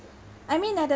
I mean at the